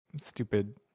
stupid